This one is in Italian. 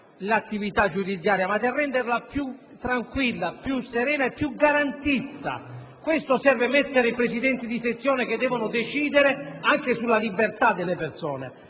l'attività giudiziaria, ma a renderla più tranquilla, più serena e più garantista. A questo serve istituire i presidenti di sezione, che devono decidere anche sulla libertà delle persone.